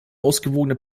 ausgewogene